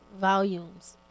volumes